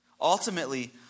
Ultimately